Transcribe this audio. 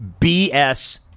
BS